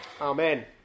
Amen